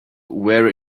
were